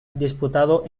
disputado